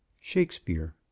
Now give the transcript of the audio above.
Shakespeare